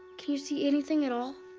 can you see anything at all?